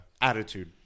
attitude